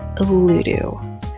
Ludo